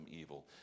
evil